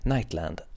Nightland